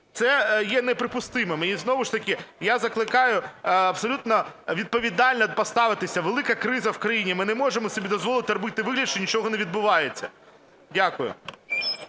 Це є неприпустимим. І знову ж таки я закликаю абсолютно відповідально поставитися. Велика криза в країні, ми не можемо собі дозволити робити вигляд, що нічого не відбувається. Дякую.